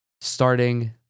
starting